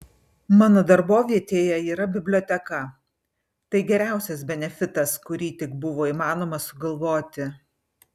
mano darbovietėje yra biblioteka tai geriausias benefitas kurį tik buvo įmanoma sugalvoti